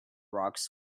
rocks